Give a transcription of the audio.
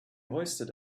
hoisted